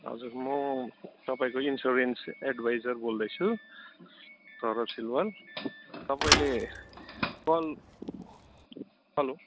हजुर म तपाईँको इन्सुरेन्स एडभाइजर बोल्दैछु तारा सिलवाल तपाईँले हल हेलो